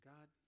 God